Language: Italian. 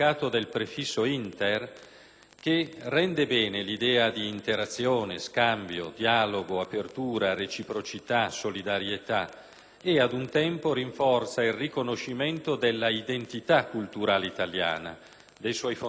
che rende bene l'idea di interazione, scambio, dialogo, apertura, reciprocità, solidarietà e, ad un tempo, rinforza il riconoscimento dell'identità culturale italiana, dei suoi fondamenti e dei suoi valori.